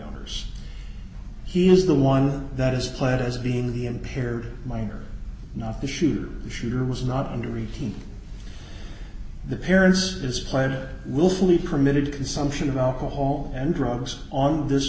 owners he is the one that is played as being the impaired miner the shoe shooter was not under eighteen the parents is quiet willfully permitted consumption of alcohol and drugs on this